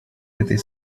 этой